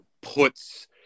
puts